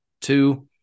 Two